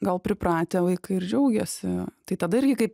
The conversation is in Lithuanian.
gal pripratę vaikai ir džiaugiasi tai tada irgi kaip